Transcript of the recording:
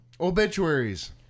obituaries